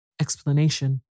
explanation